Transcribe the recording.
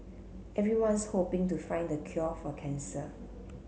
everyone's hoping to find the cure for cancer